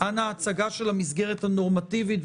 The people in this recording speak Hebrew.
אנא הצגה של המסגרת הנורמטיבית,